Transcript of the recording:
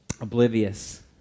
oblivious